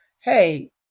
hey